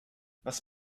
was